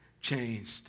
changed